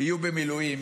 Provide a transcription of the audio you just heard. יהיו במילואים,